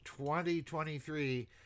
2023